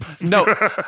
No